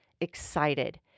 excited